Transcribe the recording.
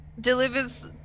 delivers